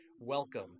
welcome